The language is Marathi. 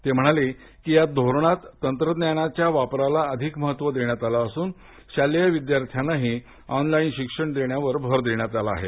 ते म्हणाले की या धोरणात तंत्रज्ञानाच्या वापरला अधिक महत्त्व देण्यात आलं असून शालेय विद्यार्थ्यांनाही ऑनलाईन शिक्षण देण्यावर भर देण्यात आला आहे